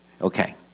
Okay